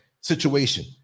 situation